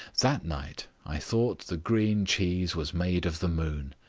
that night i thought the green cheese was made of the moon.